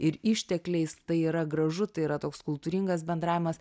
ir ištekliais tai yra gražu tai yra toks kultūringas bendravimas